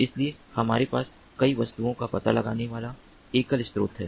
इसलिए हमारे पास कई वस्तुओं का पता लगाने वाला एकल स्रोत है